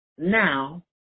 Now